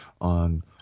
on